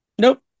Nope